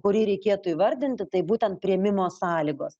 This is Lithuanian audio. kurį reikėtų įvardinti tai būtent priėmimo sąlygos